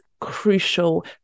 crucial